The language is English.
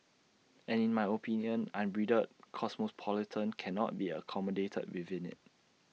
and in my opinion unbridled cosmopolitanism cannot be accommodated within IT